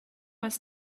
was